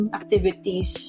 activities